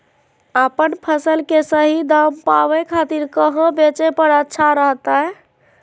अपन फसल के सही दाम पावे खातिर कहां बेचे पर अच्छा रहतय?